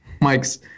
Mike's